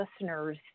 listeners